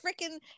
freaking